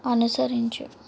అనుసరించు